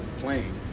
playing